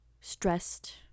stressed